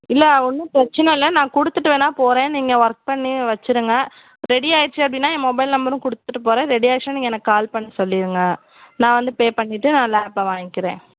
இல்லை ஒன்றும் பிரச்சனை இல்லை நான் கொடுத்துட்டு வேணா போகிறேன் நீங்கள் ஒர்க் பண்ணி வச்சிடுங்க ரெடி ஆயிடுச்சு அப்படின்னா என் மொபைல் நம்பரும் கொடுத்துட்டு போகிறேன் ரெடி ஆயிடுச்சின்னால் நீங்கள் எனக்கு கால் பண்ணி சொல்லிடுங்க நான் வந்து பே பண்ணிட்டு நான் லேப்பை வாங்கிக்கிறேன்